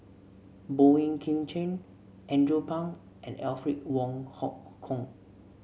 Boey Kim Cheng Andrew Phang and Alfred Wong Hong Kwok